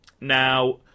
Now